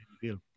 feel